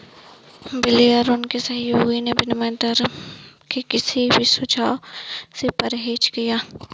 Blair और उनके सहयोगियों ने विनिमय दर के किसी भी सुझाव से परहेज किया